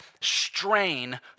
Strain